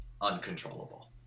uncontrollable